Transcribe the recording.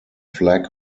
flag